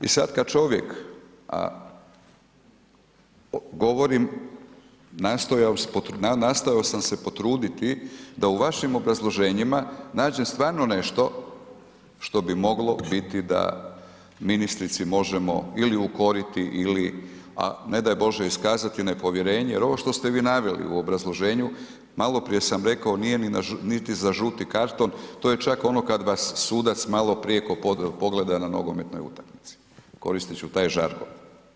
I sada kada čovjek, govorim nastojao sam se potruditi da u vašim obrazloženjima nađem stvarno nešto što bi moglo biti da ministrici možemo ili ukoriti, ne daj Bože iskazati nepovjerenje jer ovo što ste vi naveli u obrazloženju, maloprije sam rekao nije niti za žuti karton, to je čak ono kada vas sudac malo prijeko pogleda na nogometnoj utakmici, koristit ću taj žargon.